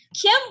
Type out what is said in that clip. Kim